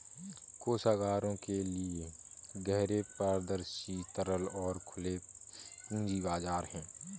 कोषागारों के लिए गहरे, पारदर्शी, तरल और खुले पूंजी बाजार हैं